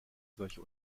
solche